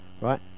Right